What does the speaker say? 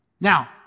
Now